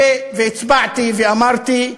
הצבעתי ואמרתי: